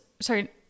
sorry